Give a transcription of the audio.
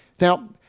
Now